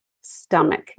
stomach